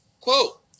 quote